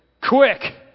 Quick